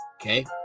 Okay